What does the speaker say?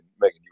Megan